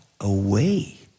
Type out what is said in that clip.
away